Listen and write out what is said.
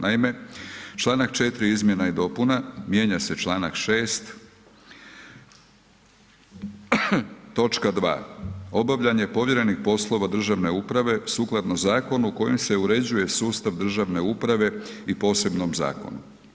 Naime, članak 4. izmjena i dopuna, mijenja se članak 6. točka 2.: „Obavljanje povjerenih poslova državne uprave sukladno zakonu kojim se uređuje sustav državne uprave i posebnom zakonu.